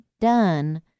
done